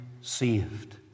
saved